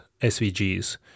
SVGs